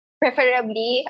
preferably